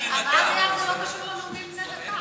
לא הבנתי מה הקשר לנאומים בני דקה.